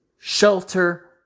Shelter